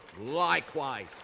Likewise